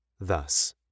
Thus